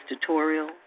tutorial